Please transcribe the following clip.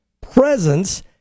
presence